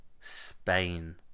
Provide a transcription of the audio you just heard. Spain